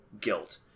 guilt